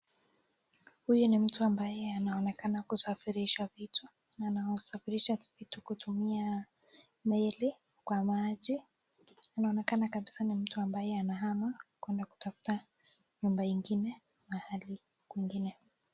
Huyu ni mtu ambaye anaonekana kusafirisha vitu na anasafirisha kutumia meli kwa machi, inaonekana kabisa kuwa ni mtu anayehama mahali kuenda kutafuta nyumba ingine mahali.